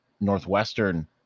Northwestern